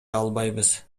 албайбыз